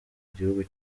igihugu